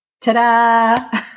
Ta-da